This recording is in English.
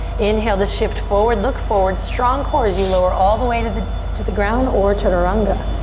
inhale to shift forward. look forward, strong core as you lower all the way to the to the ground or chaturanga.